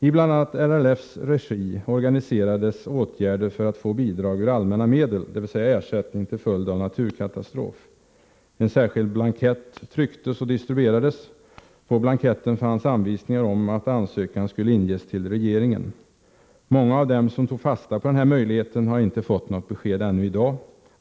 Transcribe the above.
I bl.a. LRF:s regi organiserades åtgärder för att få bidrag ur allmänna medel, dvs. ersättning till följd av naturkatastrof. En särskild blankett trycktes och distribuerades. På blanketten fanns anvisningar om att ansökan skulle inges till regeringen. Många av dem som tog fasta på denna möjlighet har inte fått något besked ännu i dag.